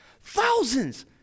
Thousands